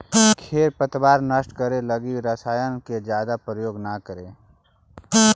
खेर पतवार नष्ट करे लगी रसायन के जादे प्रयोग न करऽ